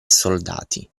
soldati